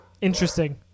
Interesting